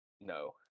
no